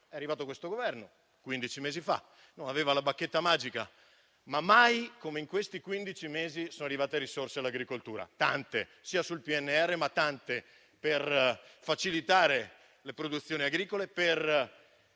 È arrivato questo Governo, quindici mesi fa. Non aveva la bacchetta magica, ma mai come in questi quindici mesi sono arrivate risorse all'agricoltura, tante, anche dal PNRR, per facilitare le produzioni agricole, per